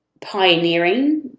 pioneering